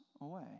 away